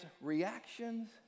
reactions